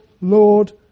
Lord